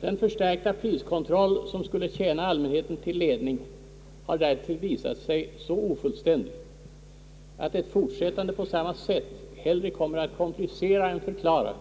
Den = förstärkta priskontroll som skulle tjäna allmänheten till ledning har därtill visat sig så ofullständig, att ett fortsättande på samma sätt snarare kommer att komplicera än förklara